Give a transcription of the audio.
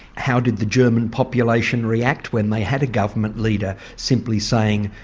how did the german population react when they had a government leader simply saying,